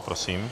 Prosím.